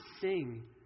sing